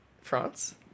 France